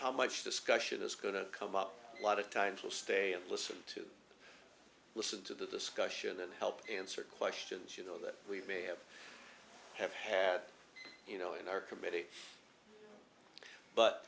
how much discussion is going to come up a lot of times we'll stay and listen to listen to the discussion and help answer questions you know that we may have have had you know in our committee but